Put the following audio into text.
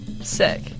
sick